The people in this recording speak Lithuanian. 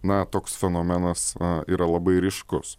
na toks fenomenas yra labai ryškus